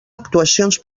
actuacions